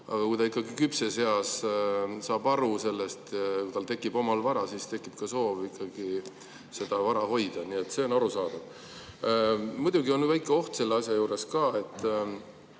Aga kui ta küpses eas saab aru sellest, kui tal tekib oma vara, siis tekib ka soov seda vara hoida. See on arusaadav. Muidugi on väike oht selle asja juures.